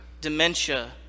dementia